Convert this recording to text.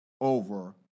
over